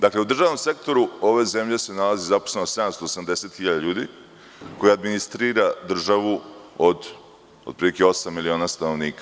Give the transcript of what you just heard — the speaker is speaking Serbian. Dakle, u državnom sektoru ove zemlje je zaposleno 780.000 ljudi koji administrira državu od otprilike osam miliona stanovnika.